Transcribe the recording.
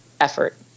effort